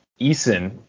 Eason